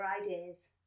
ideas